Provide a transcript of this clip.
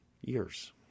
years